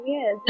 Yes